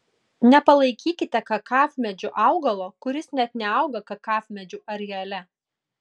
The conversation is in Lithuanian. nepalaikykite kakavmedžiu augalo kuris net neauga kakavmedžių areale